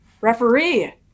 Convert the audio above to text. referee